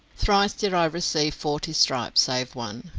thrice did i receive forty stripes, save one.